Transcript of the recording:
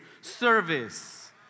service